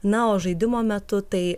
na o žaidimo metu tai